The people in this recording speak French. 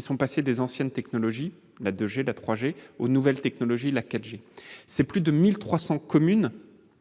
sont passées des anciennes technologies, de la 2G ou de la 3G, aux nouvelles technologies telles que la 4G. Plus de 1 300 communes